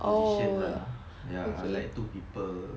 position lah ya like two people